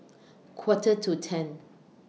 Quarter to ten